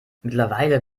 mittlerweile